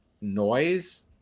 noise